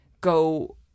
go